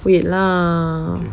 wait lah